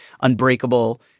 unbreakable